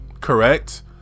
correct